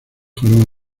fueron